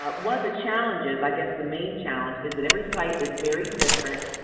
ah one of the challenges, i guess the main challenge is that every site is very different.